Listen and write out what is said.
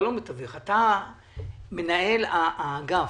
אתה מנהל האגף.